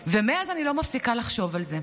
ומאז אני לא מפסיקה לחשוב על זה.